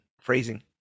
phrasing